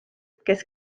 kes